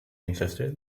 insisted